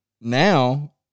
now